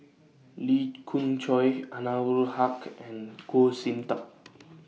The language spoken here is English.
Lee Khoon Choy Anwarul Haque and Goh Sin Tub